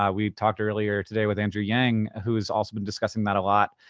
ah we talked earlier today with andrew yang, who has also been discussing that a lot.